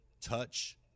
touch